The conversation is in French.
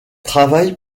travail